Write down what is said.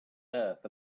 earth